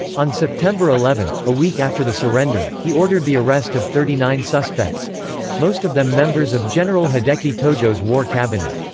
on september eleven, a week after the surrender, he ordered the arrest of thirty nine suspects most of them members of general hideki tojo's war cabinet.